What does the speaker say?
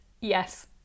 Yes